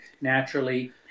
naturally